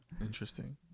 interesting